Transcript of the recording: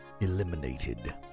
Eliminated